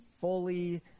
fully